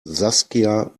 saskia